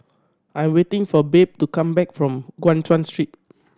I'm waiting for Babe to come back from Guan Chuan Street